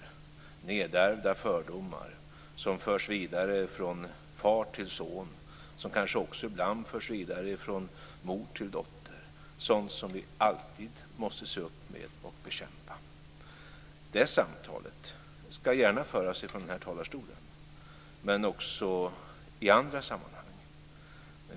Det finns nedärvda fördomar som förs vidare från far till son, och som kanske också ibland förs vidare från mor till dotter. Detta är sådant som vi alltid måste se upp med och bekämpa. Detta samtal ska gärna föras från den här talarstolen, men också i andra sammanhang.